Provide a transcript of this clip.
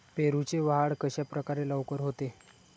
पेरूची वाढ कशाप्रकारे लवकर होते?